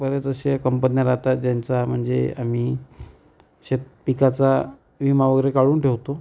बर्याच अशा कंपन्या राहतात ज्यांचा म्हणजे आम्ही शेतपिकाचा विमा वगैरे काढून ठेवतो